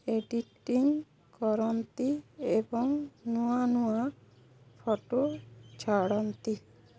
editing କରନ୍ତି ଏବଂ ନୂଆ ନୂଆ ଫଟୋ ଛାଡ଼ନ୍ତି